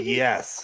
yes